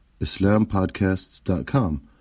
IslamPodcasts.com